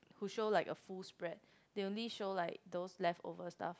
who show like a full spread they only show like those leftover stuff